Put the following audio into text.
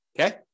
okay